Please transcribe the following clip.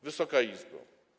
Wysoka Izbo!